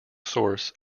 source